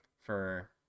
for-